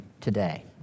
today